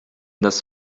das